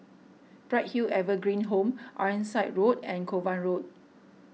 Bright Hill Evergreen Home Ironside Road and Kovan Road